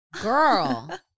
girl